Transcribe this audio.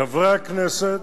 חברי הכנסת